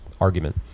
argument